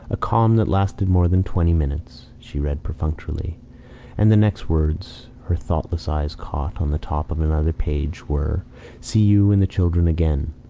a calm that lasted more than twenty minutes, she read perfunctorily and the next words her thoughtless eyes caught, on the top of another page, were see you and the children again.